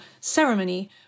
ceremony